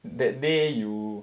that day you